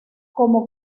como